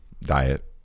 Diet